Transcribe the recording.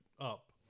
up